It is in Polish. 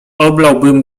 oblałbym